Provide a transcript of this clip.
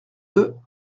deux